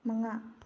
ꯃꯉꯥ